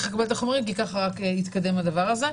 לקבל את החומרים כי ככה רק יתקדם העניין.